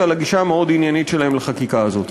על הגישה העניינית-מאוד שלהם לחקיקה הזאת.